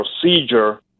procedure